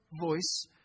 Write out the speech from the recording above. voice